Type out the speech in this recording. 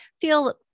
feel